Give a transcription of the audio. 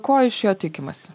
ko iš jo tikimasi